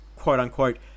quote-unquote